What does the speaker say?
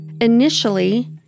Initially